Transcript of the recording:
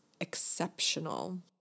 exceptional